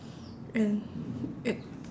and